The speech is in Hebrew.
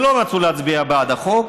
שלא רצו להצביע בעד החוק,